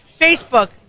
Facebook